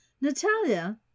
Natalia